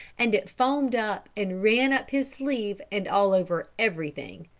and it foamed up and ran up his sleeve and all over everything.